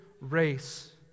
race